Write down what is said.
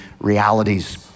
realities